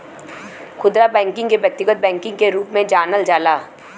खुदरा बैकिंग के व्यक्तिगत बैकिंग के रूप में जानल जाला